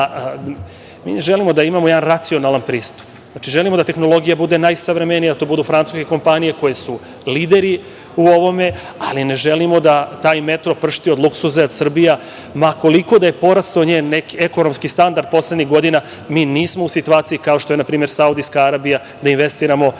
mi želimo da imamo jedan racionalan pristup. Znači, želimo da tehnologija bude najsavremenija, da to budu francuske kompanije koje su lideri u ovome, ali ne želimo da taj metro pršti od luksuza, jer Srbija, ma koliko da je porastao njen ekonomski standard poslednjih godina, mi nismo u situaciji, kao što je na primer Saudijska Arabija, da investiramo